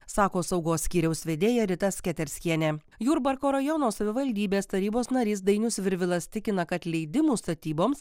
sako saugos skyriaus vedėja rita sketerskienė jurbarko rajono savivaldybės tarybos narys dainius virvilas tikina kad leidimų statyboms